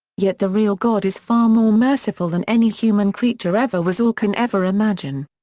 yet the real god is far more merciful than any human creature ever was or can ever imagine.